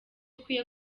ukwiye